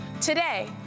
Today